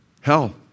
hell